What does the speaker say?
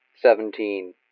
Seventeen